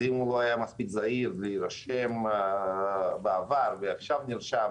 אם לא היה מספיק זהיר להירשם בעבר ועכשיו נרשם,